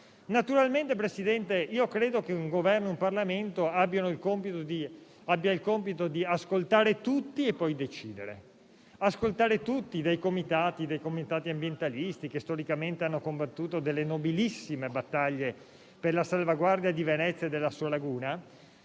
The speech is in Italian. la complessità. Presidente, credo che il Governo e il Parlamento abbiamo il compito di ascoltare tutti e poi decidere. Bisogna ascoltare i comitati ambientalisti, che storicamente hanno combattuto delle nobilissime battaglie per la salvaguardia di Venezia e della sua laguna,